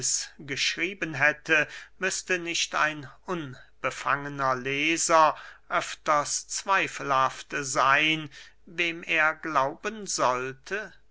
geschrieben hätte müßte nicht ein unbefangener leser öfters zweifelhaft seyn wem er glauben sollte